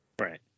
Right